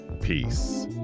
Peace